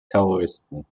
terroristen